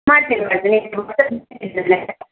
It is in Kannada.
ಮಾಡ್ತೀನಿ ಮಾಡ್ತೀನಿ